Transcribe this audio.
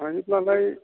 हायोब्लालाय